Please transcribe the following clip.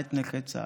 למעט נכי צה"ל.